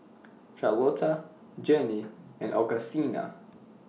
Charlotta Journey and Augustina